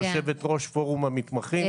היא יושבת-ראש פורום המתמחים,